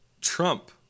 Trump